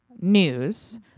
news